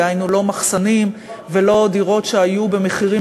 דהיינו לא מחסנים ולא דירות שהיו במחירים